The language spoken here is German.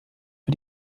für